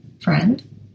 friend